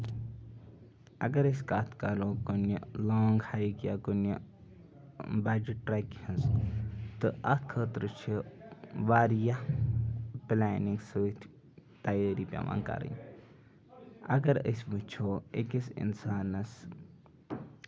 اَگر أسۍ کَتھ کرو کُنہِ لانگ ہَیِکۍ یا کُنہِ بَجہِ ٹریٚکہِ ہنٛز تہٕ اَتھ خٲطرٕ چھُ واریاہ پٕلینِگ سۭتۍ تَیٲری پیٚوان کَرٕنۍ اَگر أسۍ وُچھو أکِس اِنسانَس